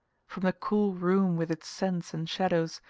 from the cool room with its scents and shadows,